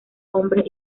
hombres